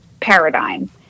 paradigm